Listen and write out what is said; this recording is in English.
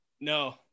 No